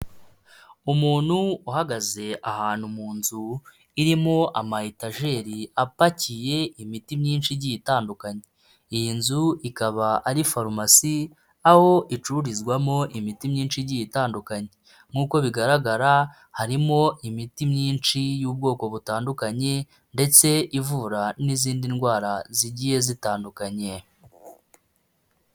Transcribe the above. Umuntu uhagaze ahantu mu nzu irimo ama etajeri apakiye imiti myinshi igiye itandukanye. Iyi nzu ikaba ari farumasi. Aho icururizwamo imiti myinshi igiye itandukanye nk'uko bigaragara, harimo imiti myinshi y'ubwoko butandukanye ndetse ivura n'izindi ndwara zigiye zitandukanye.